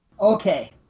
Okay